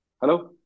Hello